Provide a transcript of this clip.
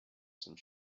some